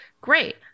great